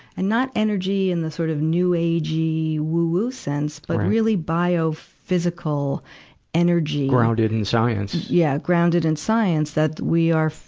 and not energy in the sort of new agey, woo-woo sense, but really bio-physical energy paul grounded in science. yeah, grounded in science, that we are,